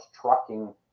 trucking